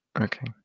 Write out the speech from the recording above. Okay